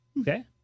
okay